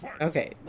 Okay